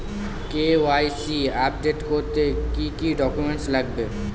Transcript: KYC update করতে কি কি ডকুমেন্টস লাগবে?